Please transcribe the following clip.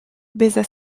bout